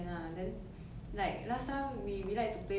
then we play downstairs our house then um